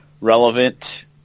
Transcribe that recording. relevant